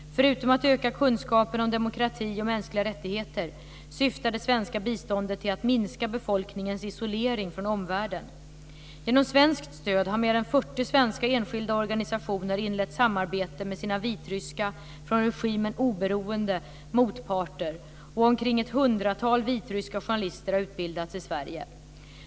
Förutom att öka kunskapen om demokrati och mänskliga rättigheter syftar det svenska biståndet till att minska befolkningens isolering från omvärlden. Genom svenskt stöd har mer än 40 svenska enskilda organisationer inlett samarbete med sina vitryska, från regimen oberoende, motparter, och omkring ett hundratal vitryska journalister har utbildats i Sverige.